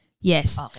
Yes